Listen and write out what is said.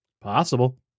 Possible